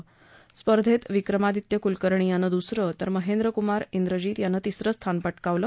या स्पर्धेत विक्रमादित्य कुलकर्णी यानं दुसरं तर महेंद्रकुमार विजीत यानं तिसरं स्थान पटकावलं